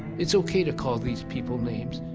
it's okay to call these people names.